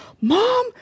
Mom